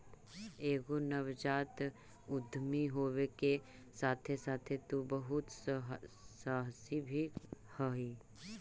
एगो नवजात उद्यमी होबे के साथे साथे तु बहुत सहासी भी हहिं